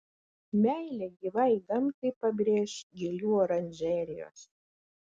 meilę gyvai gamtai pabrėš gėlių oranžerijos